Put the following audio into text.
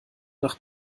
nach